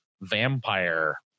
vampire